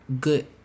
good